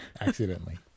accidentally